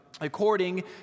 according